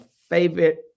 favorite